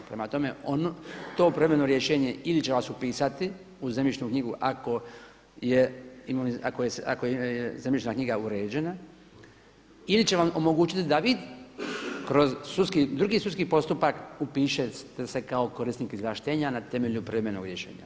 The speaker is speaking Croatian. Prema tome, to privremeno rješenje ili će vas upisati u zemljišnu knjigu ako je zemljišna knjiga uređena ili će vam omogućiti da vi kroz sudski, drugi sudski postupak upišete se kao korisnik izvlaštenja na temelju privremenog rješenja.